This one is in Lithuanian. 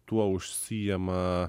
tuo užsiima